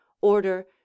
order